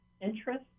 interest